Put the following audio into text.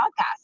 podcast